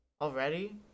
already